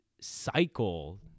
cycle